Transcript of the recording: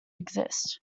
exist